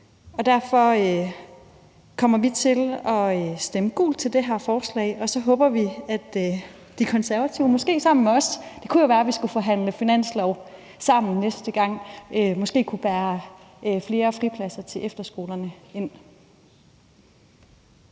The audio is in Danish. Derfor kommer vi til at stemme gult til det her forslag, og så håber vi, at De Konservative, måske sammen med os – det kunne jo være, vi skulle forhandle finanslov sammen næste gang – kunne bære flere fripladser til efterskolerne ind